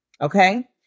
okay